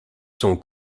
sont